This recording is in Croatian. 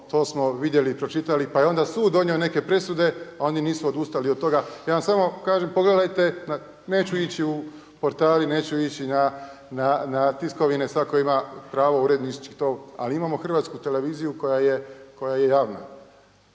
to smo vidjeli i pročitali, pa je onda sud donio neke presude, a oni nisu odustali od toga. Ja vam samo kažem, pogledajte neću ići na portale, neću ići na tiskovine, svatko ima pravo urednički to, ali imamo Hrvatsku televiziju koja je javna